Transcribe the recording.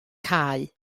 cae